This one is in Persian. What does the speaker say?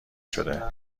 شده